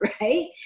right